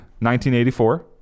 1984